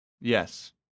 Yes